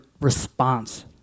response